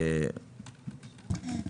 בבקשה.